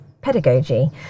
pedagogy